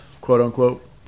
quote-unquote